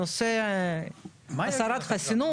הנושא הסרת חסינות.